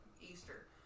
Easter